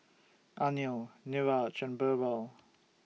Anil Niraj and Birbal